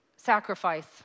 sacrifice